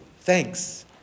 Thanks